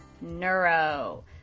neuro